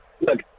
Look